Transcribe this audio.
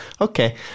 Okay